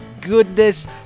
goodness